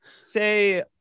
say